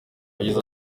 yagize